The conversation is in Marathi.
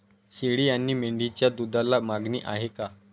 शेळी आणि मेंढीच्या दूधाला मागणी आहे का?